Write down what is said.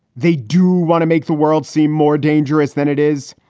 they do want to make the world seem more dangerous than it is.